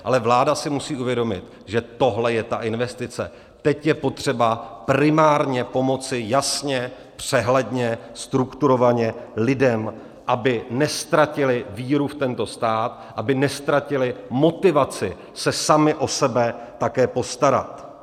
Ale vláda si musí uvědomit, že tohle je ta investice, teď je potřeba primárně pomoci, jasně, přehledně, strukturovaně, lidem, aby neztratili víru v tento stát, aby neztratili motivaci se sami o sebe také postarat.